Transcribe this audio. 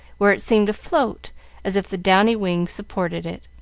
where it seemed to float as if the downy wings supported it.